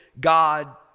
God